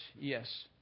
yes